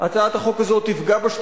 הצעת החוק הזאת תפגע בסביבה,